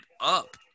up